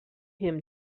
him